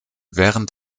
während